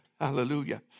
Hallelujah